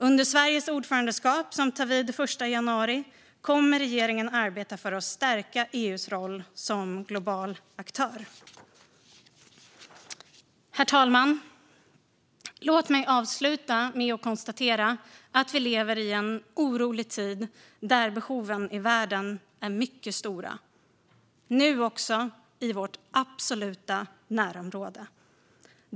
Under Sveriges ordförandeskap, som tar vid den 1 januari, kommer regeringen att arbeta för att stärka EU:s roll som global aktör. Herr talman! Låt mig avsluta med att konstatera att vi lever i en orolig tid där behoven i världen är mycket stora, nu också i vårt absoluta närområde.